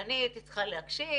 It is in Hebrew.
ואני הייתי צריכה להקשיב,